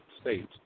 States